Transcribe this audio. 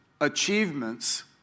achievements